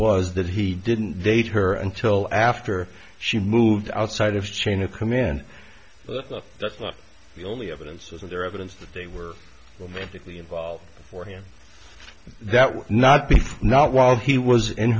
was that he didn't they'd her until after she moved outside of chain of command that's the only evidence of their evidence that they were romantically involved for him that would not be not while he was in